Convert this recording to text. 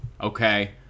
Okay